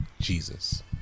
Jesus